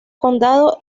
condado